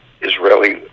Israeli